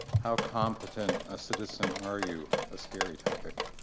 how competent a citizen are you? a scary topic.